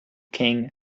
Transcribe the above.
king